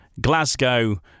Glasgow